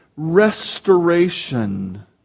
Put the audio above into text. restoration